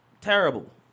terrible